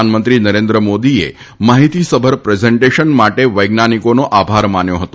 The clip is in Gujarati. પ્રધાનમંત્રી નરેન્દ્ર મોદીએ માહિતીસભર પ્રાર્જન્ટેશન માટે વૈજ્ઞાનિકીનો આભાર માન્યો હતો